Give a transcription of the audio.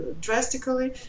drastically